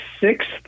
sixth